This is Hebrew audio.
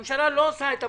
שהממשלה לא עושה את עבודתה.